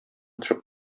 төшеп